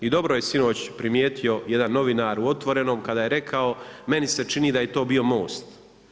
I dobro je sinoć primijetio jedan novinar u Otvorenom kada je rekao, meni se čini da je to bio Most.